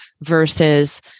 versus